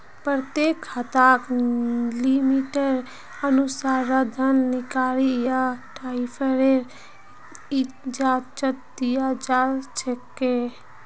प्रत्येक खाताक लिमिटेर अनुसा र धन निकासी या ट्रान्स्फरेर इजाजत दीयाल जा छेक